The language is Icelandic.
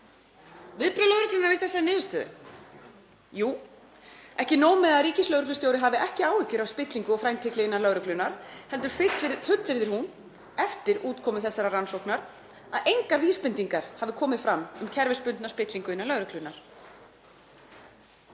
Viðbrögð lögreglunnar við þessari niðurstöðu? Jú, ekki nóg með að ríkislögreglustjóri hafi ekki áhyggjur af spillingu og frændhygli innan lögreglunnar heldur fullyrðir hún eftir útkomu þessarar rannsóknar að engar vísbendingar hafi komið fram um kerfisbundna spillingu innan lögreglunnar.